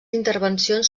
intervencions